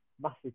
massive